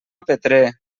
petrer